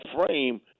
frame